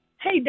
Hey